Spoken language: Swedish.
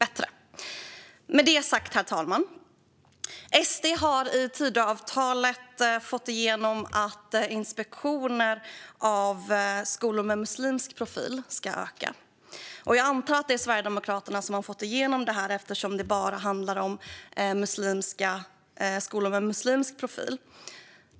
Herr talman! SD har i Tidöavtalet fått igenom att inspektionerna av skolor med muslimsk profil ska öka. Jag antar i alla fall att det är Sverigedemokraterna som har fått igenom det, eftersom det bara handlar om skolor med muslimsk profil.